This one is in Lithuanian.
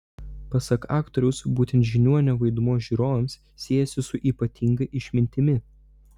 pasak aktoriaus būtent žiniuonio vaidmuo žiūrovams siejasi su ypatinga išmintimi